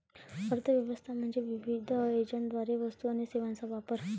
अर्थ व्यवस्था म्हणजे विविध एजंटद्वारे वस्तू आणि सेवांचा वापर